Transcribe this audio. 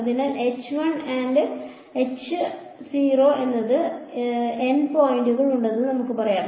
അതിനാൽ എനിക്ക് n പോയിന്റുകൾ ഉണ്ടെന്ന് പറയാം